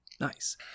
nice